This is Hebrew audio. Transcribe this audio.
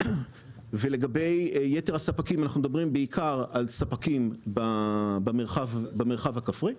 לגבי יתר הספקים אנחנו מדברים בעיקר על ספקים במרחב הכפרי.